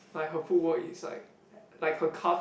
like her footwork is like like her calf